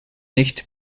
nicht